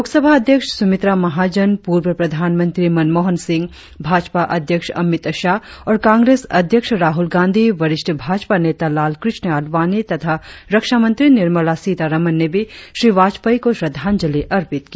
लोकसभा अध्यक्ष सुमित्रा महाजन पूर्व प्रधानंत्री मनमोहन सिंह भाजप अध्यक्ष अमित शाह और कांग्रेस अध्यक्ष राहुल गांधी वरिष्ठ भाजपा नेता लालकृष्ण आडवाणी तथा रक्षामंत्री निर्मला सीतारामन ने भी श्री वाजपेयी को श्रद्धांजलि अर्पित की